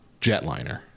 jetliner